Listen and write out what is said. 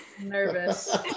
Nervous